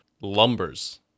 lumbers